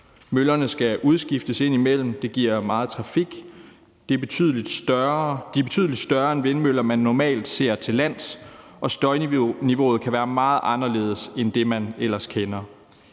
Møllerne skal indimellem udskiftes, det giver meget trafik, og de er betydelig større end de vindmøller, man normalt ser til lands, og støjniveauet kan være meget anderledes end det, man ellers kender.